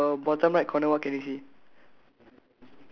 okay so on your bottom right corner what can you see